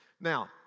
Now